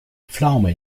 pflaume